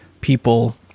people